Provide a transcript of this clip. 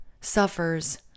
suffers